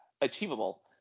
achievable